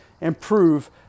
improve